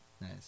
Nice